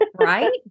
right